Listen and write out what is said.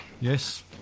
Yes